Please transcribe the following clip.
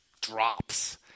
drops